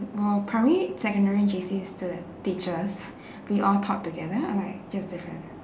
were primary secondary J_C student teachers be all taught together or like just different